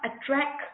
attract